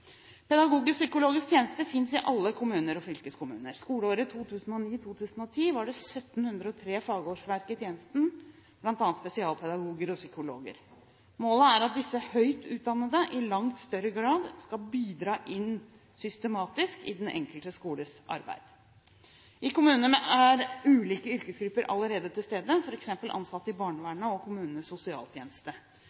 tjeneste finnes i alle kommuner og fylkeskommuner. I skoleåret 2009–2010 var det 1 703 fagårsverk i tjenesten, bl.a. spesialpedagoger og psykologer. Målet er at disse høyt utdannede i langt større grad skal bidra systematisk inn i den enkelte skoles arbeid. I kommunene er ulike yrkesgrupper allerede til stede, f.eks. ansatte i